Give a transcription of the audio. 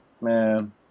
man